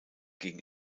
gegen